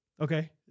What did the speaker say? Okay